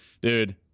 dude